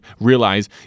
Realize